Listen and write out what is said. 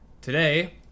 today